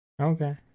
Okay